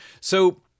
So-